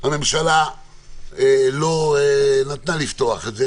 הממשלה לא נתנה לפתוח אותם מסיבות כאלה ואחרות,